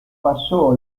pasó